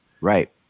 Right